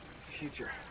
future